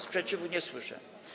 Sprzeciwu nie słyszę.